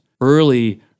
Early